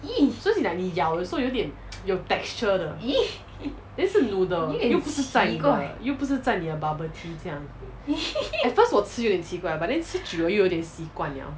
so it's like 你咬的时候有点有 texture 的 then 是 noodle 有不是在你的有不是在你的 bubble tea 这样 at first 我吃有点奇怪 but then 吃久了又有点习惯 liao